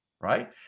right